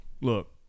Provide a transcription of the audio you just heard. look